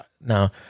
now